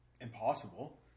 impossible